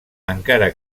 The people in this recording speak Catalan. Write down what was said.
encara